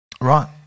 Right